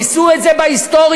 ניסו את זה בהיסטוריה,